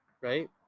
right